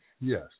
Yes